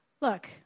Look